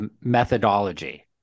methodology